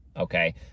okay